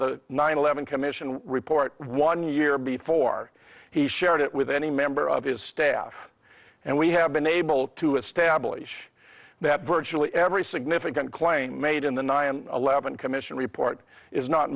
the nine eleven commission report one year before he shared it with any member of his staff and we have been able to establish that virtually every significant claim made in the nine eleven commission report is not